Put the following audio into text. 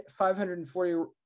540